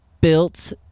built